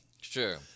Sure